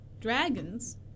Dragons